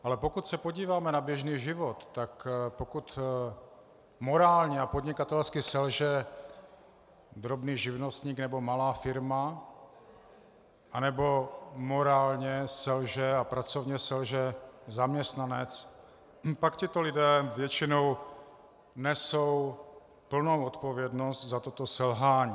Ale pokud se podíváme na běžný život, tak pokud morálně a podnikatelsky selže drobný živnostník nebo malá firma nebo morálně selže a pracovně selže zaměstnanec, pak tito lidé většinou nesou plnou odpovědnost za toto selhání.